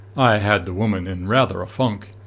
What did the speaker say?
i had the woman in rather a funk.